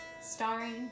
Starring